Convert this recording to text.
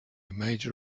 major